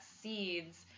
seeds